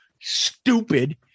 stupid